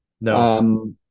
No